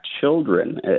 children